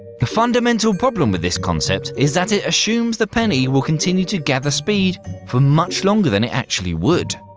the fundamental problem with this concept is that it assumes the penny will continue to gather speed for much longer than it actually would.